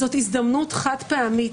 זאת הזדמנות חד-פעמית.